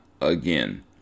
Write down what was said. again